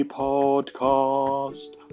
podcast